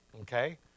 okay